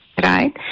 Right